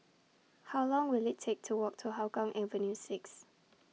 How Long Will IT Take to Walk to Hougang Avenue six